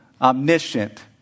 omniscient